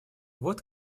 вот